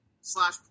Slash